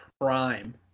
prime